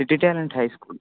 city talent high school